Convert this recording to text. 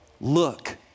Look